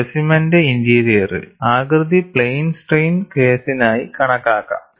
സ്പെസിമെന്റെ ഇന്റീരിയറിൽ ആകൃതി plane strain കേസിനായി കണക്കാക്കാം